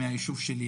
הישוב שלי,